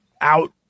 out